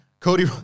Cody